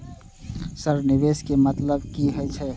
Sir निवेश के मतलब की हे छे?